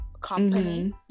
company